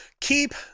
Keep